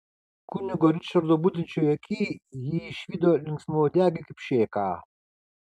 kunigo ričardo budinčioj aky ji išvydo linksmauodegį kipšėką